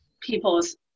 people's